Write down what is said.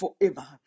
forever